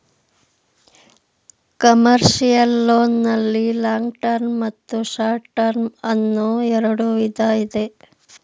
commercial loan ನಲ್ಲಿ long term ಮತ್ತು short term ಅನ್ನೋ ಎರಡು ವಿಧ ಇದೆ